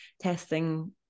testing